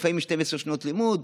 לפעמים 12 שנות לימוד,